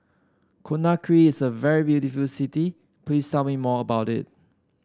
Conakry is a very beautiful city please tell me more about it